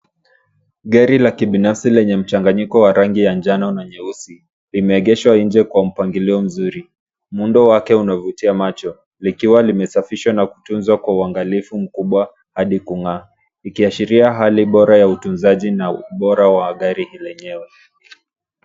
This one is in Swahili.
Gari la kibinafsi lenye mchanganyiko wa rangi ya njano na nyeusi limeegeshwa nje kwa mpangilio mzuri. Muundo wake unavutia macho. Likiwa limesafishwa na kutunzwa kwa uangalifu mkubwa hadi kung'aa. Ikiashiria hali bora ya utunzaji na ubora wa gari lenyewe.